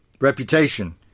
Reputation